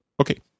Okay